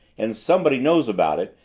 and somebody knows about it,